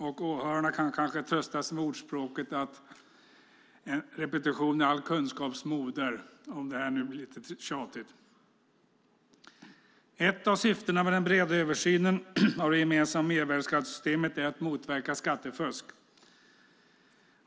Om det blir lite tjatigt kan åhörarna kanske trösta sig med ordspråket att repetition är all kunskaps moder. Ett av syftena med den breda översynen av det gemensamma mervärdesskattesystemet är att motverka skattefusk.